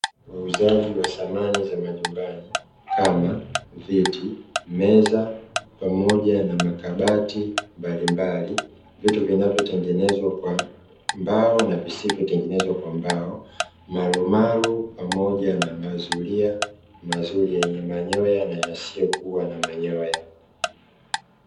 Wauzaji wa samani za majumbani kama viti, meza pamoja na makabati mbalimbali, vitu vinavyotengenezwa kwa mbao na visivyotengenezwa kwa mbao, marumaru pamoja na mazulia mazuri yenye manyoya na yasiyokuwa na manyoya.